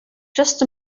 just